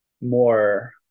more